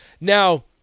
Now